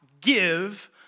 give